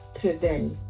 today